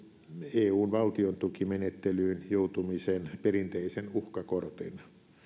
eun valtiontukimenettelyyn joutumisen perinteisen uhkakortin